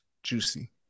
Juicy